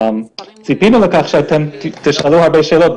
ציפינו לכך שתשאלו הרבה שאלות,